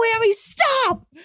stop